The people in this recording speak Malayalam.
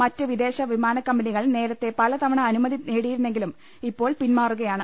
മറ്റ് വിദേശ വിമാനക്കമ്പനികൾ നേരത്തെ പലതവണ അനുമതി നേടിയിരുന്നെങ്കിലും ഇപ്പോൾ പിന്മാറുകയാണ്